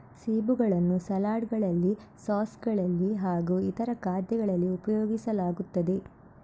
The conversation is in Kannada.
ಸೇಬುಗಳನ್ನು ಸಲಾಡ್ ಗಳಲ್ಲಿ ಸಾಸ್ ಗಳಲ್ಲಿ ಹಾಗೂ ಇತರ ಖಾದ್ಯಗಳಲ್ಲಿ ಉಪಯೋಗಿಸಲಾಗುತ್ತದೆ